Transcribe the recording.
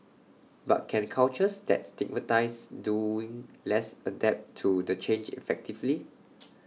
but can cultures that stigmatise doing less adapt to the change effectively